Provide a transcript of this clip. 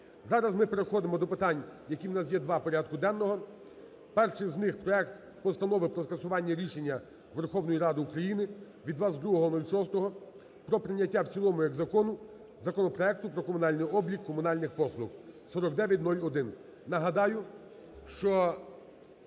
Зараз ми переходимо до питань, які у нас є два в порядку денному. Перше з них – проект Постанови про скасування рішення Верховної Ради України від 22.06 про прийняття в цілому як закону законопроекту про комунальний облік комунальних послуг (4901).